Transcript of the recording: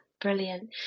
brilliant